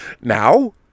Now